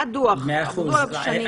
היה דוח, עבדו עליו שנים.